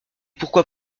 pourquoi